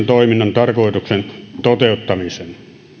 toiminnan tarkoituksen toteuttamisen